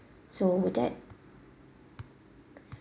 so will that